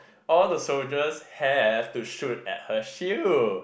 all the soldiers have to shoot at her shield